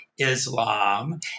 Islam